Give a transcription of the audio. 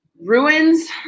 Ruins